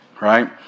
right